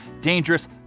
dangerous